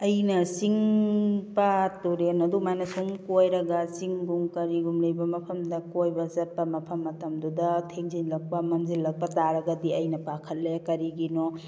ꯑꯩꯅ ꯆꯤꯡ ꯄꯥꯠ ꯇꯨꯔꯦꯟ ꯑꯗꯨꯃꯥꯏꯅ ꯁꯨꯝ ꯀꯣꯏꯔꯒ ꯆꯤꯡꯒꯨꯝꯕ ꯀꯩꯒꯨꯝꯕ ꯂꯩꯕ ꯃꯐꯝꯗ ꯀꯣꯏꯕ ꯆꯠꯄ ꯃꯐꯝ ꯃꯇꯝꯗꯨꯗ ꯊꯦꯡꯖꯤꯜꯂꯛꯄ ꯃꯝꯁꯤꯜꯂꯛꯄ ꯇꯥꯔꯒꯗꯤ ꯑꯩꯅ ꯄꯈꯠꯂꯦ ꯀꯔꯤꯒꯤꯅꯣ